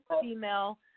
Female